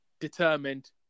determined